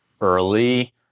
early